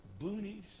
boonies